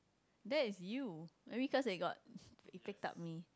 that is you maybe because they got it picked up me